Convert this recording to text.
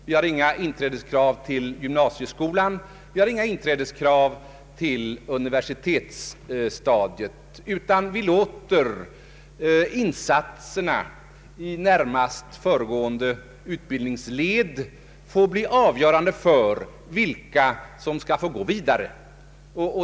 Vi har inga inträdeskrav till gymnasie skolan och inte heller till universitetsstadiet, utan vi låter insatserna i närmast föregående utbildningsled bli avgörande för vilka som skall få gå vidare.